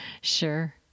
Sure